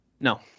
No